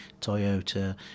Toyota